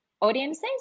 audiences